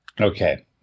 Okay